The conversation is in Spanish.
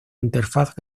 interfaz